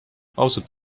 ausalt